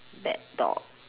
bad dog